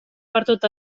pertot